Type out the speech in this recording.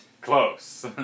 Close